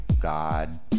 God